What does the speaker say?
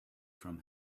from